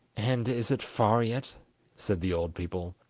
and is it far yet said the old people,